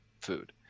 food